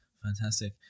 Fantastic